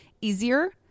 easier